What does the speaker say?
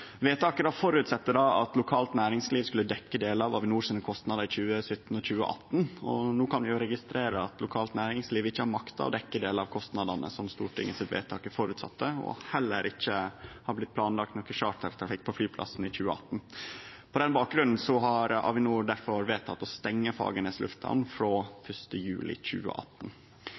Vedtaket føresette at lokalt næringsliv skulle dekkje delar av Avinors kostnader i 2017 og 2018. No kan vi registrere at lokalt næringsliv ikkje har makta å dekkje delar av kostnadene som Stortingets vedtak føresette, og at det heller ikkje har blitt planlagt nokon chartertrafikk på flyplassen i 2018. På den bakgrunnen har Avinor difor vedteke å stengje Fagernes lufthamn frå 1. juli 2018.